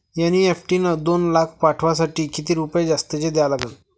NEFT न दोन लाख पाठवासाठी किती रुपये जास्तचे द्या लागन?